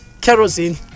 kerosene